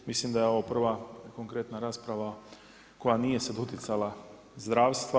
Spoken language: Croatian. Mislim da je ovo prva konkretna rasprava koja nije se doticala zdravstva.